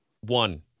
one